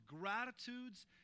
gratitudes